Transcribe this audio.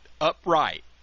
upright